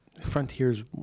Frontiers